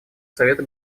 совета